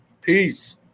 Peace